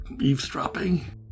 eavesdropping